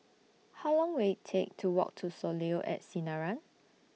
How Long Will IT Take to Walk to Soleil At Sinaran